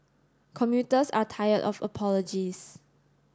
commuters are tired of apologies